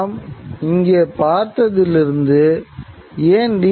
நாம் இங்கே பார்த்ததிலிருந்து ஏன் டி